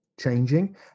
changing